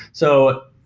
so,